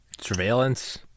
surveillance